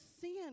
sin